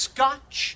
Scotch